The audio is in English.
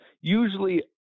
usually